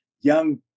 young